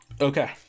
Okay